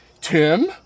Tim